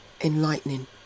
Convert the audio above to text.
enlightening